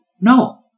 No